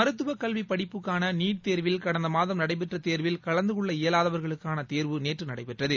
மருத்துவ கல்வி படிப்புக்கான நீட் தேர்வில் கடந்த மாதம் நடைபெற்ற தேர்வில் கலந்து கொள்ள இயலாதவர்களுக்கான தேர்வு நேற்று நடைபெற்றது